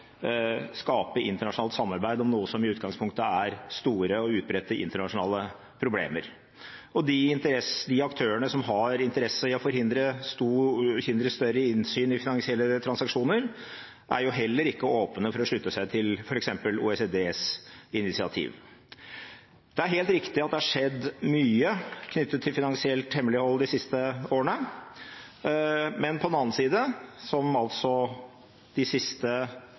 skape internasjonalt samarbeid om noe som i utgangspunktet er store og utbredte internasjonale problemer. De aktørene som har interesse av å forhindre større innsyn i finansielle transaksjoner, er heller ikke åpne for å slutte seg til f.eks. OECDs initiativ. Det er helt riktig at det har skjedd mye knyttet til finansielt hemmelighold de siste årene, men på den annen side, som de siste